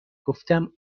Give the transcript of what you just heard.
گفتم